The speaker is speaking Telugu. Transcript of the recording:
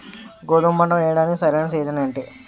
గోధుమపంట వేయడానికి సరైన సీజన్ ఏంటి?